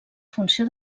funció